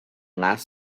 last